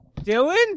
Dylan